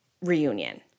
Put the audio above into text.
reunion